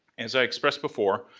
as i expressed before,